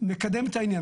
מקדם את העניין.